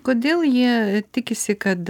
kodėl jie tikisi kad